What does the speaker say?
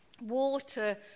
water